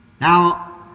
Now